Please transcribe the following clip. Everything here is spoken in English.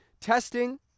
testing